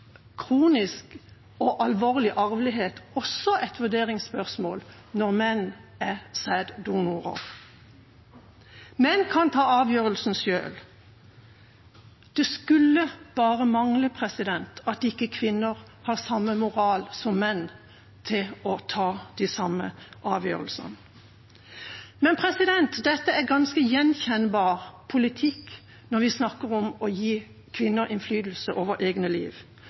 kronisk sykdom og alvorlig arvelighet også et vurderingsspørsmål når menn er sæddonorer. Menn kan ta avgjørelsen selv. Det skulle bare mangle at ikke kvinner har samme moral som menn til å ta de samme avgjørelsene. Dette er ganske gjenkjennbar politikk når vi snakker om å gi kvinner innflytelse over eget liv.